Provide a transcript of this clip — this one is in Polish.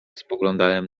spoglądałem